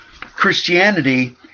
Christianity